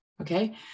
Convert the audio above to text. okay